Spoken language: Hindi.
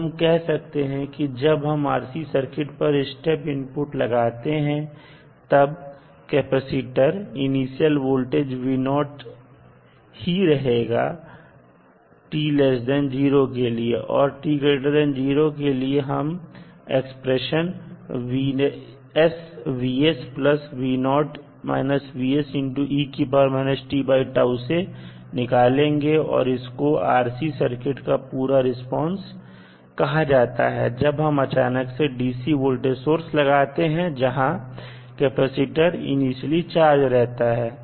तो हम कह सकते हैं कि जब हम RC सर्किट पर स्टेप इनपुट लगाते हैं तब कैपेसिटर पर इनिशियल वोल्टेज ही रहेगा t0 के लिए और t0 के लिए हम इस एक्सप्रेशन से निकालेंगे और इसको RC सर्किट का पूरा रिस्पांस कहा जाता है जब हम अचानक से DC वोल्टेज सोर्स लगाते हैं जहां कैपेसिटर इनिशियली चार्ज रहता है